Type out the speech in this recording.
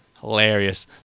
hilarious